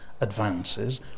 advances